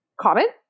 comment